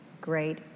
Great